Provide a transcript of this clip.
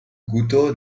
guto